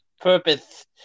Purpose